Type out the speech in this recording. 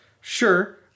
Sure